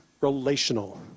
relational